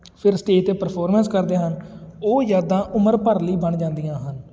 ਫਿਰ ਸਟੇਜ 'ਤੇ ਪਰਫੋਰਮੈਂਸ ਕਰਦੇ ਹਨ ਉਹ ਯਾਦਾਂ ਉਮਰ ਭਰ ਲਈ ਬਣ ਜਾਂਦੀਆਂ ਹਨ